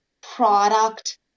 product